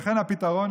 ולכן הפתרון,